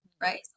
right